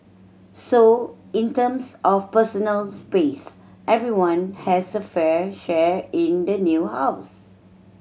so in terms of personal space everyone has a fair share in the new house